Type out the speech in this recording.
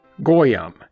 Goyam